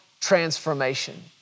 transformation